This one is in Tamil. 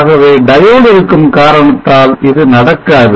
ஆகவே diode இருக்கும் காரணத்தால் இது நடக்காது